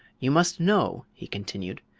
you must know, he continued,